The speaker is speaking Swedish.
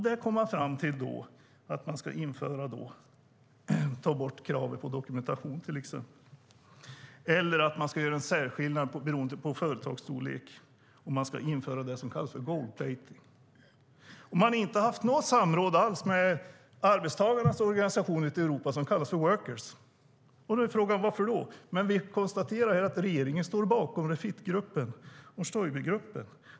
Där kom man fram till att man skulle ta bort kravet på dokumentation eller att man skulle göra en skillnad beroende på företagsstorlek, och man skulle införa det som kallas för gold-plating. Man har inte haft något samråd alls med arbetstagarnas organisationer ute i Europa, som kallas för workers. Nu är frågan: Varför? Men vi konstaterar här att regeringen står bakom Refit-gruppen och Stoibergruppen.